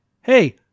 Hey